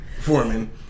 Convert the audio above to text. Foreman